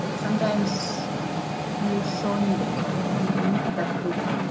sometimes you so need it. like you yeah need that group.